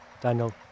Daniel